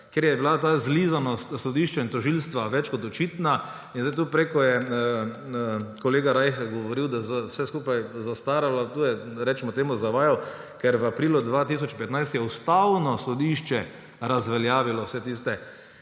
ker je bila ta zlizanost sodišča in tožilstva več kot očitna. Kolega Rajh govoril, da je vse skupaj zastaralo. Tu je, recimo temu, zavajal, ker v aprilu 2015 je Ustavno sodišče razveljavilo vse tiste